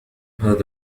هذا